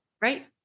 right